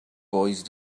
voice